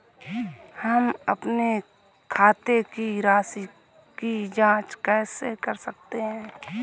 हम अपने खाते की राशि की जाँच कैसे कर सकते हैं?